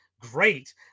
great